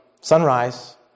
sunrise